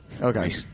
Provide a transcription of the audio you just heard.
Okay